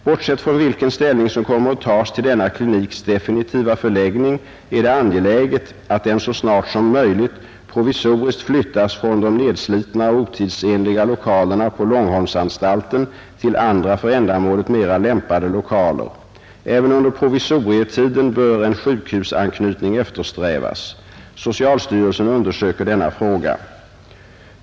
Bortsett från vilken ställning som kommer att tas till denna kliniks definitiva förläggning, är det angeläget att den så snart som möjligt provisoriskt flyttas från de nedslitna och otidsenliga lokalerna på Långholmsanstalten till andra för ändamålet mera lämpade lokaler. Även under provisorietiden bör en sjukhusanknytning eftersträvas. Socialstyrelsen undersöker denna fråga.